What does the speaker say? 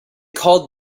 called